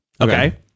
Okay